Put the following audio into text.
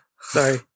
Sorry